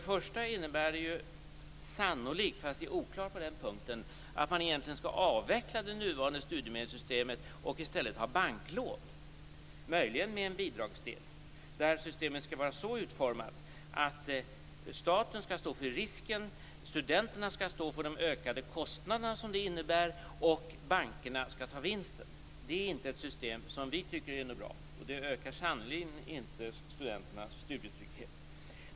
Förslaget innebär sannolikt - men det är oklart på den punkten - att man egentligen skall avveckla det nuvarande studiemedelssystemet och i stället ha banklån, möjligen med en bidragsdel. Det här systemet skall vara så utformat att staten skall stå för risken, studenterna skall stå för de ökade kostnader som det innebär och bankerna skall ta vinsten. Det är inte ett system som vi tycker är bra. Det ökar sannerligen inte studenternas studietrygghet.